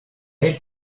elle